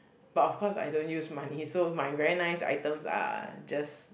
but of course I don't use money so my very nice items are just